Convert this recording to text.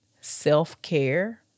self-care